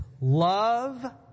love